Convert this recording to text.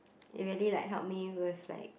it really like help me with like